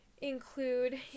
include